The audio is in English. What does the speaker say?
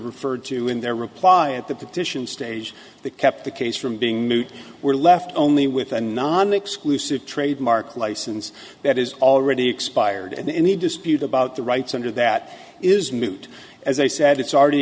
referred to in their reply at the petition stage that kept the case from being moot we're left only with a non exclusive trademark license that is already expired and the dispute about the rights under that is moot as i said it's already